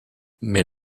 mais